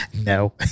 No